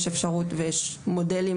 יש אפשרות ויש מודלים,